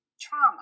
trauma